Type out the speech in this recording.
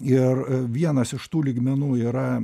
ir vienas iš tų lygmenų yra